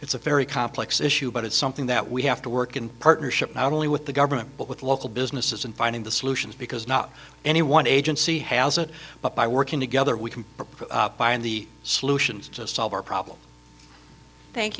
it's a very complex issue but it's something that we have to work in partnership not only with the government but with local businesses and finding the solutions because not any one agency has it but by working together we can find the solutions to solve our problem thank